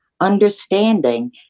understanding